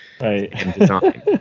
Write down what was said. Right